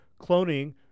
cloning